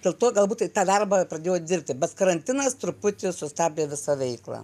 dėl to galbūt ir tą darbą pradėjo dirbti bet karantinas truputį sustabdė visą veiklą